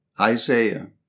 Isaiah